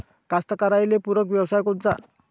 कास्तकाराइले पूरक व्यवसाय कोनचा?